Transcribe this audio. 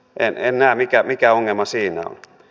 en näe mikä ongelma siinä on